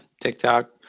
tiktok